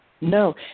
No